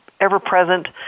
ever-present